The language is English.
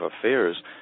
affairs